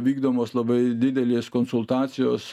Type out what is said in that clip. vykdomos labai didelės konsultacijos